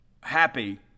happy